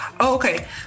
okay